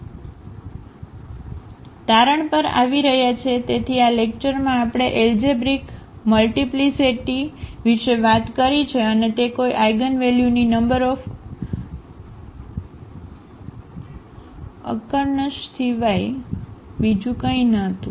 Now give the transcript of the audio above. તારણ પર આવી રહ્યા છે તેથી આ લેક્ચરમાં આપણે એલજેબ્રિક મલ્ટીપ્લીસીટી વિશે વાત કરી છે અને તે કોઈ આઇગનવેલ્યુ ની નંબર ઓફ અકરનશ સિવાય બીજું કંઈ નહોતું